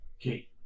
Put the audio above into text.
Okay